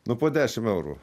nu po dešim eurų